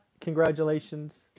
congratulations